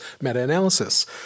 meta-analysis